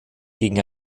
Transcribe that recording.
gegen